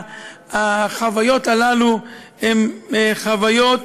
החוויות האלה הן חוויות